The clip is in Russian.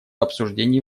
обсуждений